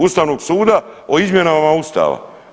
Ustavnog suda o izmjenama Ustava.